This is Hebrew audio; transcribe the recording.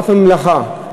אף ממלכה,